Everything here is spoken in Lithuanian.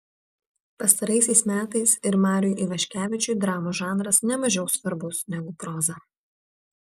pastaraisiais metais ir mariui ivaškevičiui dramos žanras ne mažiau svarbus negu proza